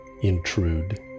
intrude